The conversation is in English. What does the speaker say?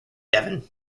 devon